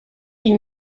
die